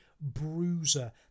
bruiser